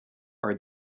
are